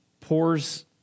pours